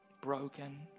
broken